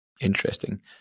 Interesting